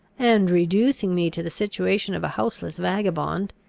and reducing me to the situation of a houseless vagabond,